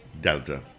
Delta